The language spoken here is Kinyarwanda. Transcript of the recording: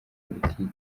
politiki